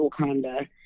Wakanda